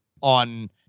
on